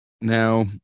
Now